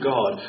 God